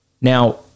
Now